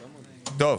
טוב.